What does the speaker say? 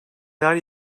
neler